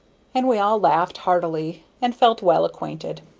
and we all laughed heartily and felt well acquainted.